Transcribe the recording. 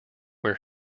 where